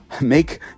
make